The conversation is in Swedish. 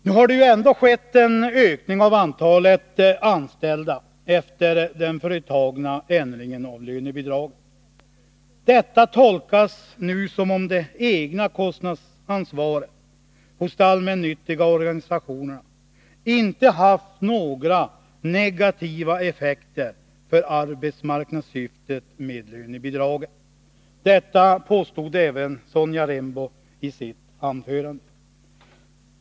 Nu har det ändå skett en ökning av antalet anställda efter den företagna ändringen av lönebidraget. Detta tolkas som om det egna kostnadsansvaret hos de allmännyttiga organisationerna inte har haft några negativa effekter för arbetsmarknadssyftet med lönebidragen. Detta påstod även Sonja Rembo i sitt anförande.